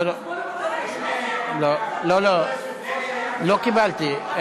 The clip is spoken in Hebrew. לא לא, לא קיבלתי.